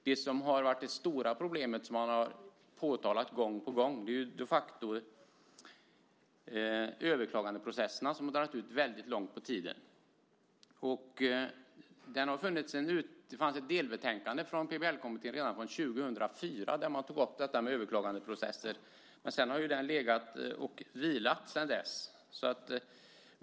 Det som har varit det stora problemet och som vi gång på gång påtalat är de facto överklagandeprocesserna, som har dragit väldigt långt ut på tiden. Det fanns ett delbetänkande från PBL-kommittén redan från 2004 där man tog upp frågan om överklagandeprocesser. Den har legat och vilat sedan dess.